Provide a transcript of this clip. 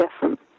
different